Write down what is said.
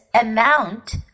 amount